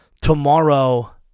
tomorrow